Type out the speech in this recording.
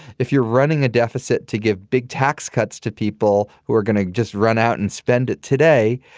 if you're running a deficit to give big tax cuts to people who are going to just run out and spend it today,